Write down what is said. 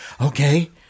Okay